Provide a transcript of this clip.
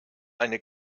eine